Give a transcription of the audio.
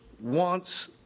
wants